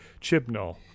Chibnall